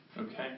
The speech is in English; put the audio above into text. Okay